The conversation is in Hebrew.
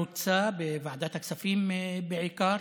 חרוצה בוועדת הכספים בעיקר,